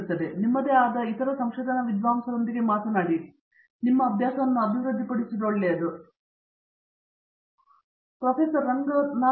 ಆದ್ದರಿಂದ ನಿಮ್ಮದೇ ಆದ ಇತರ ಸಂಶೋಧನಾ ವಿದ್ವಾಂಸರೊಂದಿಗೆ ಮಾತನಾಡುವ ಈ ಅಭ್ಯಾಸವನ್ನು ಅಭಿವೃದ್ಧಿಪಡಿಸುವುದು ಒಳ್ಳೆಯದು ಏಕೆಂದರೆ ಇದು ಉತ್ತಮ ಧ್ವನಿಪಥದ ಮಂಡಳಿಯಾಗಿದೆ